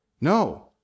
No